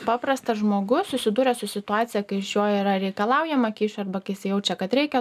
paprastas žmogus susidūręs su situacija kai iš jo yra reikalaujama kyšio arba jaučia kad reikia